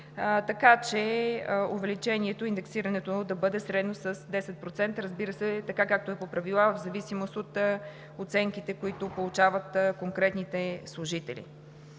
така че увеличението и индексирането да бъде средно с 10%, както е по правилата – в зависимост от оценките, които получават конкретните служители.